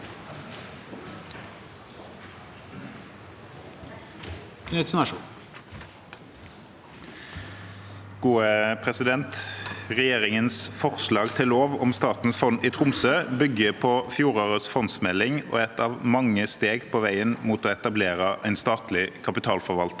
for saken): Regjeringens forslag til lov om Statens fond i Tromsø bygger på fjorårets fondsmelding og er et av mange steg på veien mot å etablere en statlig kapitalforvalter